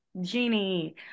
genie